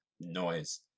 noise